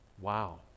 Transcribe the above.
Wow